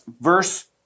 Verse